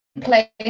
play